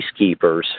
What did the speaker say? peacekeepers